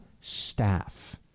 staff